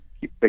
keep